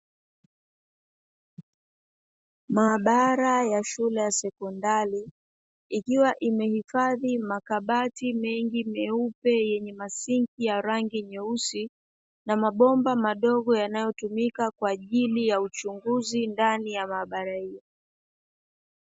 Maabara ya shule ya sekondari, ikiwa imehifadhi makabati mengi meupe yenye masinki ya rangi nyeusi na mabomba madogo yanayotumika kwa ajili ya uchunguzi ndani ya maabara hiyo.